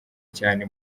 cyane